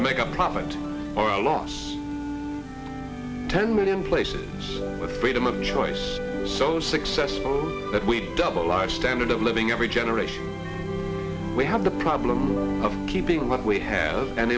to make a profit or loss ten million places with freedom of choice so successful that we double our standard of living every generation we have the problem of keeping what we have and